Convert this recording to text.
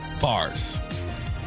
Bars